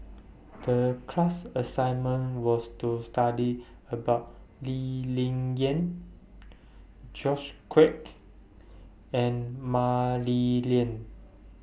The class assignment was to study about Lee Ling Yen George Quek and Mah Li Lian